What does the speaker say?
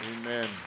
Amen